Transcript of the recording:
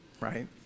right